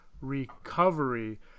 recovery